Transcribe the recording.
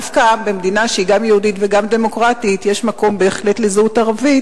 דווקא במדינה שהיא גם יהודית וגם דמוקרטית יש מקום בהחלט לזהות ערבית,